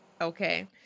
Okay